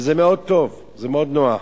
וזה מאוד טוב, זה מאוד נוח.